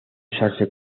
usarse